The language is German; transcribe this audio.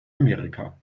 amerika